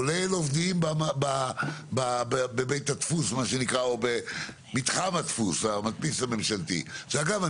כולל עובדים בבית הדפוס או במדפיס הממשלתי אגב,